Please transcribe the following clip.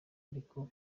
ariko